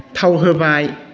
थाव होबाय